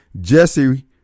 Jesse